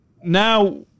now